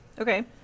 Okay